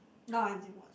no I didn't